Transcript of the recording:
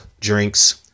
drinks